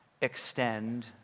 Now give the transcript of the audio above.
extend